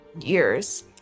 years